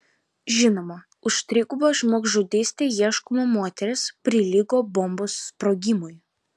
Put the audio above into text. žinoma už trigubą žmogžudystę ieškoma moteris prilygo bombos sprogimui